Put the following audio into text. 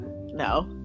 No